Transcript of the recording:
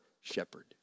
shepherd